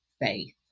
faith